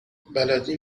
بلدی